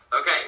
Okay